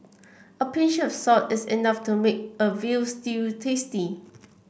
a pinch of salt is enough to make a veal stew tasty